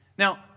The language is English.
Now